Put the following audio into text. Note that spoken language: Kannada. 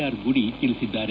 ಆರ್ ಗುಡಿ ತಿಳಿಸಿದ್ದಾರೆ